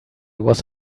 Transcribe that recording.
was